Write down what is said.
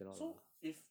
so if